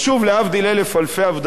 להבדיל אלף אלפי הבדלות,